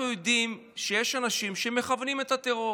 אנחנו יודעים שיש אנשים שמכוונים את הטרור.